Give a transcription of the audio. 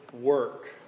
work